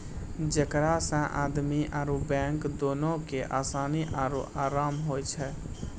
जेकरा से आदमी आरु बैंक दुनू के असानी आरु अराम होय छै